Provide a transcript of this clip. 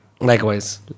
Likewise